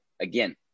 again